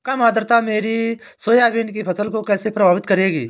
कम आर्द्रता मेरी सोयाबीन की फसल को कैसे प्रभावित करेगी?